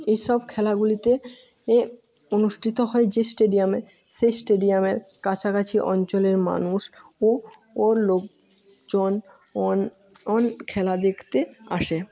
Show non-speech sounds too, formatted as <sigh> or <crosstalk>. এই সব খেলাগুলিতে অনুষ্ঠিত হয় যে স্টেডিয়ামে সেই স্টেডিয়ামের কাছাকাছি অঞ্চলের মানুষ ও ও লোকজন <unintelligible> খেলা দেখতে আসে